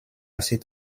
cet